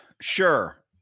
Sure